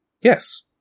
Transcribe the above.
Yes